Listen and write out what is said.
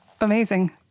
Amazing